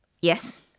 yes